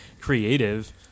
creative